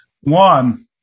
one